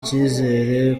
cyizere